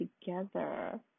together